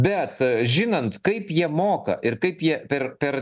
bet žinant kaip jie moka ir kaip jie per per